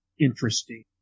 interesting